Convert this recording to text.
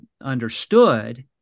understood